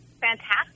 Fantastic